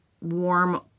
warm